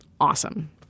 awesome